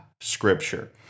Scripture